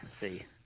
see